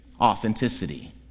authenticity